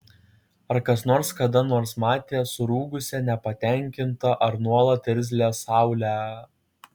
ar kas nors kada nors matė surūgusią nepatenkintą ar nuolat irzlią saulę